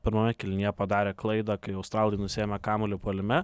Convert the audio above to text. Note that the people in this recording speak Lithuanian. pirmame kėlinyje padarė klaidą kai australai nusiėmė kamuolį puolime